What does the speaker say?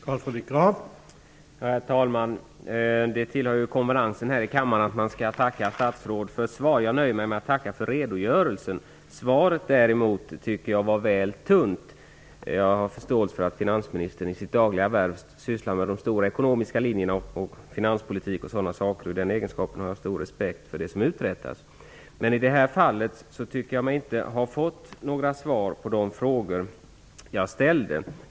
Herr talman! Det tillhör ju konvenansen här i kammaren att man skall tacka statsråd för svar. Jag nöjer mig med att tacka för redogörelsen. Jag tycker däremot att svaret var väl tunt. Finansministern sysslar i sitt dagliga värv med de stora ekonomiska linjerna, finanspolitik och sådana saker, och jag har stor respekt för det som hon uträttar i den egenskapen, men i detta fall tycker jag mig inte ha fått några svar på de frågor som jag ställt.